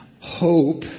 hope